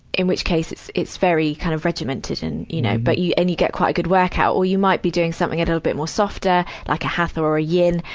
in which case, it's it's very, kind of regimented. and, you know. but, you, and you get quite a good workout. or you might be doing something a little bit more softer, like a hatha or a yin.